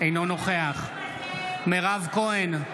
אינו נוכח מירב כהן,